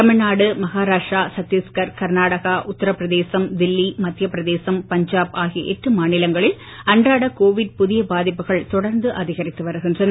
தமிழ்நாடு மகாராஷ்டிரா சத்திஸ்கர் கர்நாடகாஉத்தரப் பிரதேசம் தில்லி மத்தியப் பிரதேசம் பஞ்சாப் ஆகிய எட்டு மாநிலங்களில் அன்றாட கோவிட் புதிய பாதிப்புகள் தொடர்ந்து அதிகரித்து வருகின்றன